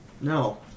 No